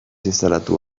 instalatu